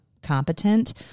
competent